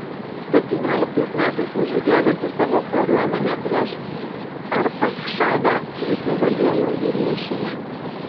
septynioliktais metais nužygiavęs su savo kariuomene prieš arpachšadą jis nugalėjo jį mūšyje